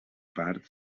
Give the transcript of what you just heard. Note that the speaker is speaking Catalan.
part